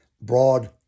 broad